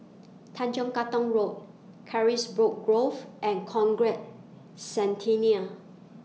Tanjong Katong Road Carisbrooke Grove and Conrad Centennial